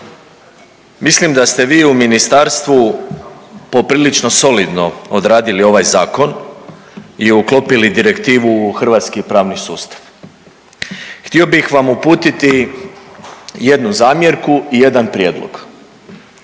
Mislim da ste vi u Ministarstvu poprilično solidno odradili ovaj Zakon i uklopili direktivu u hrvatski pravni sustav. Htio bih vam uputiti jednu zamjerku i jedan prijedlog.